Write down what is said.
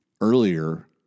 earlier